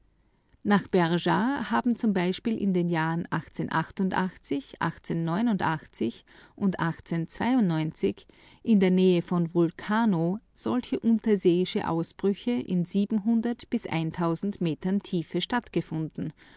nach bergeat haben z b in den jahren und in der nähe von vulcano solche unterseeischen ausbrüche in bis metern tiefe stattgefunden